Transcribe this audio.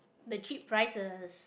the cheap prices